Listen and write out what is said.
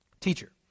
Teacher